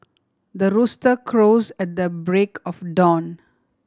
the rooster crows at the break of dawn